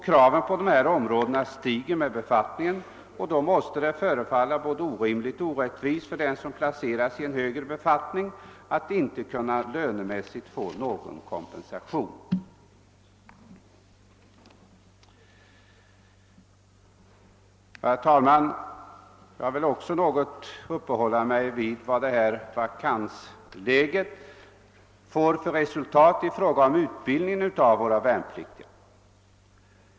Kraven stiger med befattningen, och därför måste det förefalla både orimligt och orättvist för den som placerats i en högre befattning att inte kunna få någon lönemässig kompensation. Herr talman! Jag vill också något beröra vakanslägets konsekvenser på utbildningen av våra värnpliktiga.